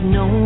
no